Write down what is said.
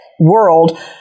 world